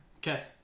Okay